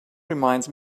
reminds